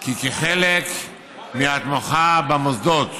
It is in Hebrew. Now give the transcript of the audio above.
כי כחלק מהתמיכה במוסדות,